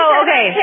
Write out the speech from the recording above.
okay